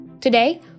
Today